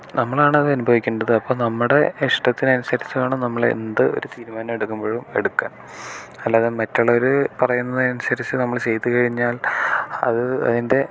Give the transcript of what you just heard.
നമ്മളാണത് അനുഭവിക്കേണ്ടത് അപ്പോൾ നമ്മുടെ ഇഷ്ടത്തിനനുസരിച്ചു വേണം നമ്മൾ എന്തൊരു തീരുമാനം എടുക്കുമ്പോഴും എടുക്കാൻ അല്ലാതെ മറ്റുള്ളോരു പറയുന്നതനുസരിച്ച് നമ്മൾ ചെയ്തുകഴിഞ്ഞാൽ അത് അതിൻ്റെ